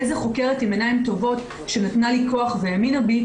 איזה חוקרת עם עיניים טובות שנתנה לי כוח והאמינה בי,